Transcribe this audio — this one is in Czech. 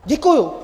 Děkuju.